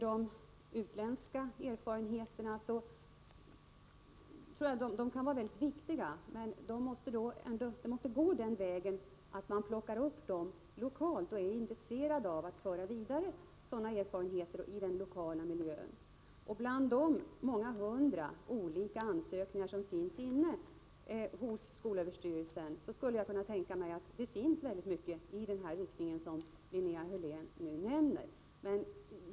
De utländska erfarenheterna kan vara mycket viktiga, men de måste uppmärksammas lokalt. Man måste där vara intresserad av att föra vidare sådana erfarenheter i den lokala miljön. Jag kan också tänka mig att det bland de många hundra olika ansökningar som ingivits till skolöverstyrelsen finns många förslag med den inriktning som Linnea Hörlén nämner.